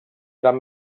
gran